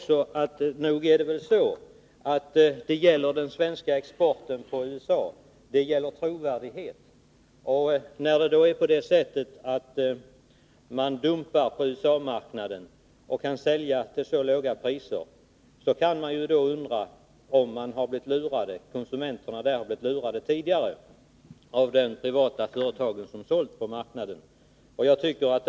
Sedan är det ju så att det gäller den svenska exporten på USA, och det gäller trovärdighet. När Samhällsföretag dumpar priserna på USA-marknaden kan konsumenterna där naturligtvis undra om de tidigare blivit lurade av de privata företag som sålt på USA-marknaden.